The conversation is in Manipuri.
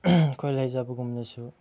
ꯑꯩꯈꯣꯏ ꯂꯩꯖꯕꯒꯨꯝꯅꯁꯨ